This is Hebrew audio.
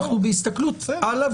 אנחנו בהסתכלות הלאה.